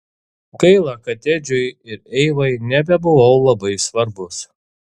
gaila kad edžiui ir eivai nebebuvau labai svarbus